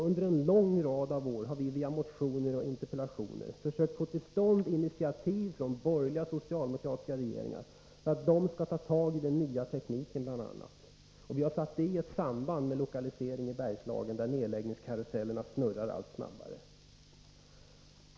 Under en lång rad av år har vi via motioner och interpellationer försökt få till stånd initiativ från borgerliga och socialdemokratiska regeringar, att de skall ta tag i bl.a. den nya tekniken. Vi har satt det i samband med lokalisering i Bergslagen, där nedläggningskarusellerna snurrar allt snabbare.